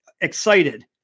excited